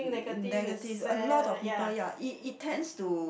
negative a lot of people ya it it tends to